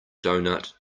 doughnut